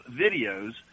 videos